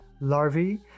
larvae